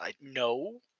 No